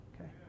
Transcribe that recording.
okay